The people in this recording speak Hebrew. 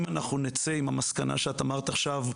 אם אנחנו נצא עם המסקנה שאת אמרת עכשיו,